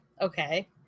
Okay